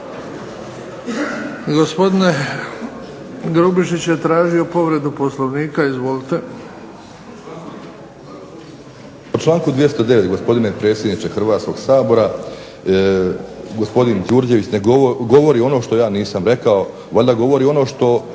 Gospodin Grubišić je tražio povredu Poslovnika. Izvolite. **Grubišić, Boro (HDSSB)** U članku 209., gospodine predsjedniče Hrvatskoga sabora, gospodin Đurđević govori ono što ja nisam rekao, valjda govori ono što